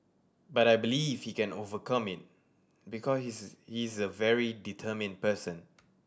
but I believe he can overcome it because he's is a very determined person